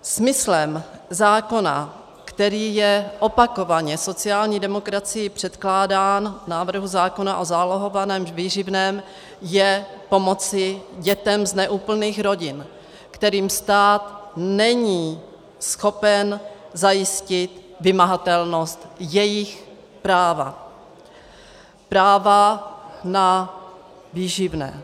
Smyslem zákona, který je opakovaně sociální demokracií předkládán, návrhu zákona o zálohovaném výživném, je pomoci dětem z neúplných rodin, kterým stát není schopen zajistit vymahatelnost jejich práva, práva na výživné.